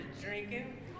drinking